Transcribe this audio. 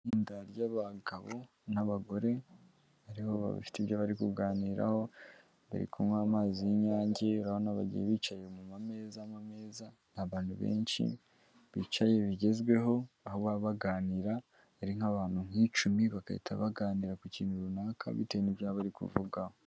Itsinda ry'abagabo n'abagore bariho bafite ibyo bari kuganiraho, bari kunywa amazi y'Inyange, urabona bagiye bicaye kuma meza, ameza, abantu benshi bicaye bigezweho, aho baba baganira ari nk'abantu nk'icumi bagahita baganira ku kintu runaka bitewe n'ibyo baba bari kuvugaho.